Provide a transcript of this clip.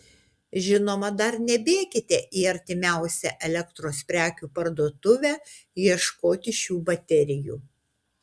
žinoma dar nebėkite į artimiausią elektros prekių parduotuvę ieškoti šių baterijų